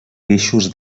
peixos